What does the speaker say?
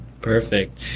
Perfect